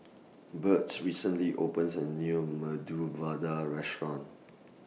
Byrd recently opened A New Medu Vada Restaurant